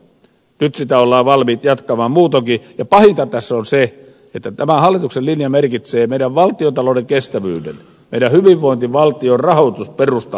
nyt sitä ollaan valmiit jatkamaan muutoinkin ja pahinta tässä on se että tämän hallituksen linja merkitsee meidän valtiontaloutemme kestävyyden meidän hyvinvointivaltiomme rahoitusperustan murenemista